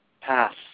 Pass